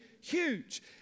huge